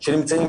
שנמצאים